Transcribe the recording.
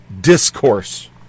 discourse